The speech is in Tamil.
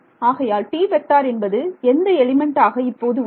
ஆகையால் என்பது எந்த எலிமெண்ட் ஆக இப்போது உள்ளது